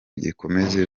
ikomeze